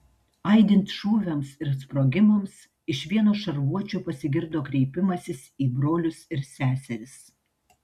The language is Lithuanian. aidint šūviams ir sprogimams iš vieno šarvuočio pasigirdo kreipimasis į brolius ir seseris